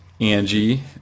Angie